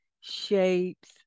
shapes